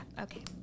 okay